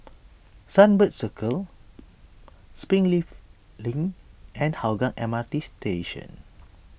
Sunbird Circle Springleaf Link and Hougang M R T Station